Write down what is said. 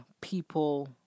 people